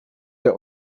der